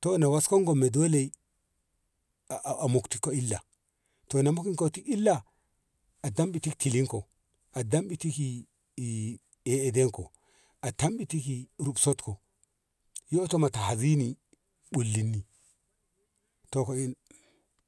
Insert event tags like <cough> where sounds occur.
to na wasken gomme dole a- a mokti ko illa to na moktiko illa a dam i tilin ko a dam i <hesitation> eh domko a dam ti i ki rufsom ko yoto ma tazini bullin ni to ko i.